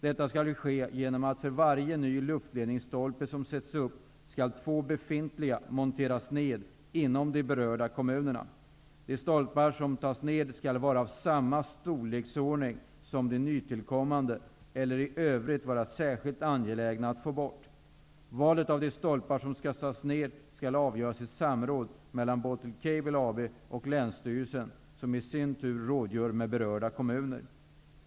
Detta skall ske genom att för varje ny luftledningsstolpe som sätts upp skall två befintliga monteras ned inom de berörda kommunerna. De stolpar som tas ned skall vara av samma storleksordning som de nytillkommande eller i övrigt vara särskilt angelägna att få bort. Valet av de stolpar som skall tas ned skall göras i samråd mellan Baltic Cable AB och länsstyrelsen, som i sin tur rådgör med berörda kommuner.